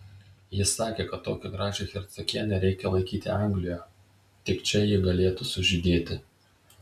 jis sakė kad tokią gražią hercogienę reikia laikyti anglijoje tik čia ji galėtų sužydėti